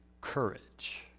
courage